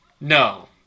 No